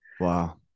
Wow